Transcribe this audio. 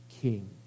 king